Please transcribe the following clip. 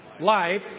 life